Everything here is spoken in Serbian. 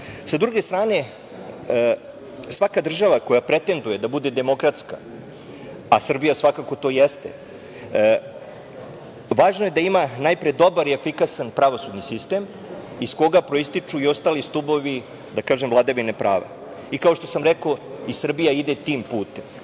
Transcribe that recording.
druge strane, svaka država koja pretenduje da bude demokratska, a Srbija svakako jeste, važno je da ima najpre dobar i efikasan pravosudni sistem iz koga proističu i ostali stubovi, da kažem, vladavine prava i kao što sam rekao i Srbija ide tim putem,